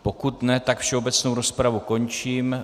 Pokud ne, tak všeobecnou rozpravu končím.